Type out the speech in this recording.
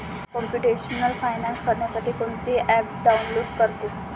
computational finance करण्यासाठी कोणते app download करतो